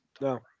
No